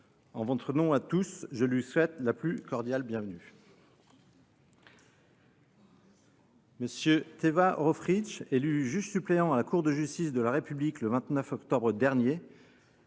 En votre nom à tous, je lui souhaite la plus cordiale bienvenue. M. Teva Rohfritsch, élu juge suppléant à la Cour de justice de la République le 29 octobre dernier,